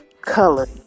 color